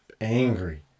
angry